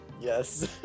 Yes